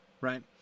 right